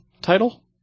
title